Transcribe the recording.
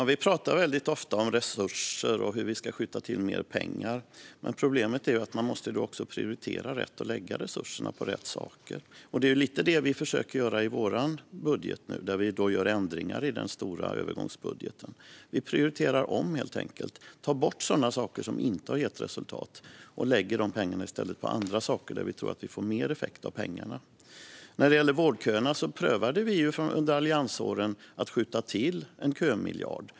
Fru talman! Vi pratar ofta om resurser och hur vi ska skjuta till mer pengar. Men problemet är att man också måste prioritera rätt och lägga resurserna på rätt saker. Det är det vi försöker att göra i vår budget, där vi gör ändringar i den stora övergångsbudgeten. Vi prioriterar helt enkelt om, tar bort sådant som inte har gett resultat och lägger i stället de pengarna på andra saker där vi tror att de får större effekt. När det gäller vårdköerna prövade vi under alliansåren att skjuta till en kömiljard.